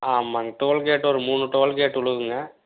ஆமாம்ங்க toll gate ஒரு மூணு டோல் கேட் விழுவுதுங்க